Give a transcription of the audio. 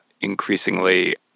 increasingly